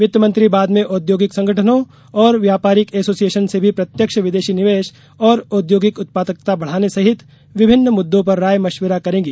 वित्तमंत्री बाद में औद्योगिक संगठनों और व्यापारिक एसोसिएशनों से भी प्रत्यक्ष विदेशी निवेश और औद्योगिक उत्पादकता बढ़ाने सहित विभिन्न मुद्दों पर राय मश्विरा करेंगी